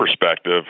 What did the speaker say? perspective